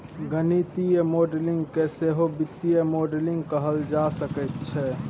गणितीय मॉडलिंग केँ सहो वित्तीय मॉडलिंग कहल जा सकैत छै